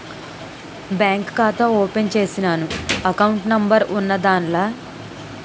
bank ఖాతా open చేసినాను account number ఉన్నాద్దాన్ల